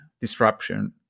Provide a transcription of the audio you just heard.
disruption